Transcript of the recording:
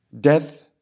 death